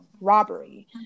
robbery